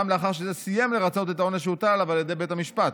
לאחר שזה סיים לרצות את העונש שהוטל עליו על ידי בית המשפט.